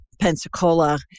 Pensacola